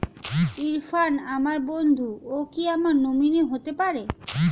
ইরফান আমার বন্ধু ও কি আমার নমিনি হতে পারবে?